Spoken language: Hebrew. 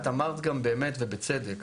את אמרת גם באמת ובצדק,